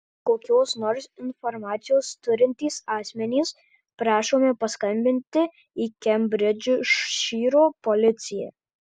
kokios nors informacijos turintys asmenys prašomi paskambinti į kembridžšyro policiją